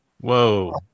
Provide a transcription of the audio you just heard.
Whoa